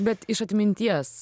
bet iš atminties